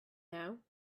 now